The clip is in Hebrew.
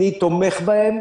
אני תומך בהם.